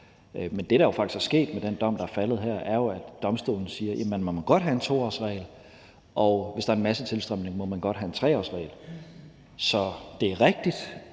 Men det, der jo faktisk er sket med den dom, der er faldet her, er, at domstolen siger, at man godt må have en 2-årsregel, og hvis der er en massetilstrømning, må man godt have en 3-årsregel. Så det er rigtigt,